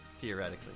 theoretically